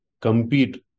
compete